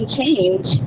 change